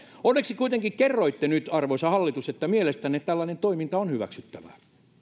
onneksi kuitenkin kerroitte nyt arvoisa hallitus että mielestänne tällainen toiminta on hyväksyttävää